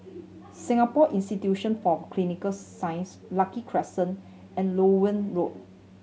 Singapore Institution for Clinical Sciences Lucky Crescent and Loewen Road